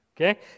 okay